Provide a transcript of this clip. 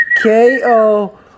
Ko